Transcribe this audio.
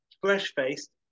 fresh-faced